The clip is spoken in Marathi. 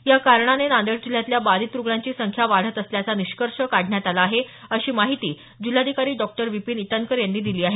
या कारणाने नांदेड जिल्ह्यातल्या बाधित रूग्णांची संख्या वाढत असल्याचा निष्कर्ष काढण्यात आला आहे अशी माहिती जिल्हाधिकारी डॉ विपिन ईटनकर यांनी दिली आहे